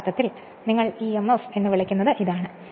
അതിനാൽ യഥാർത്ഥത്തിൽ നിങ്ങൾ emf എന്ന് വിളിക്കുന്നത് ഇതാണ്